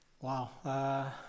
Wow